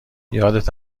یادت